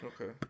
Okay